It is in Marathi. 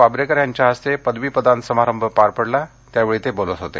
पाब्रेकर यांच्या हस्ते पदवीदान समारंभ पार पडला यावेळी ते बोलत होते